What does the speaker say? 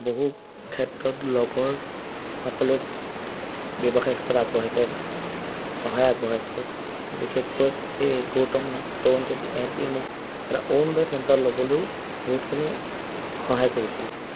বহু ক্ষেত্ৰত লগৰসকলক ব্যৱসায় ক্ষেত্ৰত আগবঢ়াইছে সহায় আগবঢ়াইছে বিশেষকৈ এই গৌতম নাথ তৰুণ চেতিয়া এহেঁতি মোক এটা অৰুোণোদয় চেণ্টাৰ ল'বলৈয়ো বহুতখিনি সহায় কৰিছিল